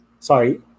Sorry